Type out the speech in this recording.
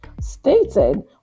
stated